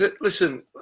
listen